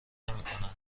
نمیکنند